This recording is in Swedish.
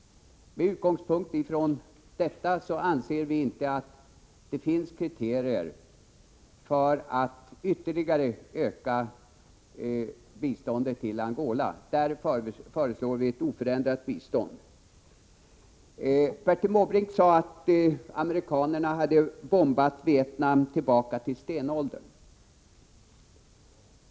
Med utgångspunkt i detta anser vi inte att det finns kriterier för att ytterligare öka biståndet till Angola. Därför föreslår vi ett oförändrat bistånd. Bertil Måbrink sade att amerikanarna hade bombat Vietnam tillbaka till stenåldern.